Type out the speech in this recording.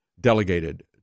delegated